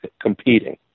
competing